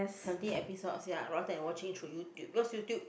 seventeen episodes ya rather than watching through YouTube because YouTube